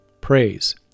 praise